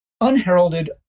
unheralded